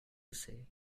say